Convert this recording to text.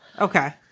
Okay